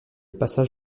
passage